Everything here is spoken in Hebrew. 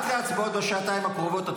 את חוזרת רק להצבעות בשעתיים הקרובות.